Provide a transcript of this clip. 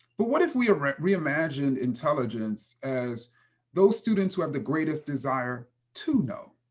but what if we reimagined intelligence as those students who have the greatest desire to know.